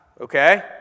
Okay